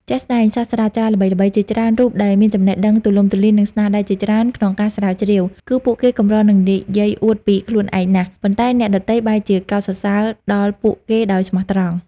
ជាក់ស្ដែងសាស្ត្រាចារ្យល្បីៗជាច្រើនរូបដែលមានចំណេះដឹងទូលំទូលាយ និងស្នាដៃជាច្រើនក្នុងការស្រាវជ្រាវ គឺពួកគេកម្រនឹងនិយាយអួតពីខ្លួនឯងណាស់ ប៉ុន្តែអ្នកដទៃបែរជាកោតសរសើរដល់ពួកគេដោយស្មោះត្រង់។